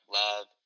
love